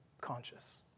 conscious